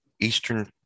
Eastern